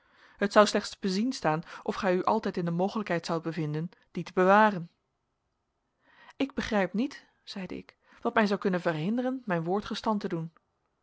het zou slechts te bezien staan of gij u altijd in de mogelijkheid zoudt bevinden dia te bewaren ik begrijp niet zeide ik wat mij zou kunnen verhinderen mijn woord gestand te doen